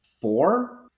four